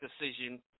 decision